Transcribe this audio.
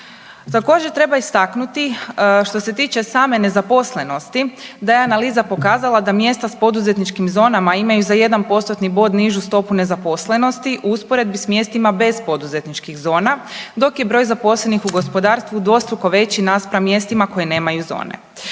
Također treba istaknuti što se tiče same nezaposlenosti da je analiza pokazala da mjesta s poduzetničkim zonama imaju za 1 postotni bod nižu stopu nezaposlenosti u usporedbi s mjestima bez poduzetničkih zona dok je broj zaposlenih u gospodarstvu dvostruko veći naspram mjestima koje nemaju zone.